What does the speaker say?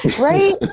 Right